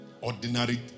Ordinary